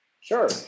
Sure